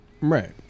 Right